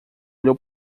olhou